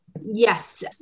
Yes